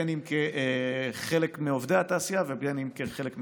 אם כחלק מעובדי התעשייה ואם כחלק מיזמיה.